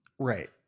Right